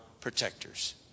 protectors